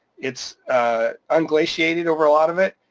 it's unglaciated over a lot of it,